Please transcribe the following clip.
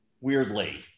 weirdly